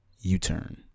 U-Turn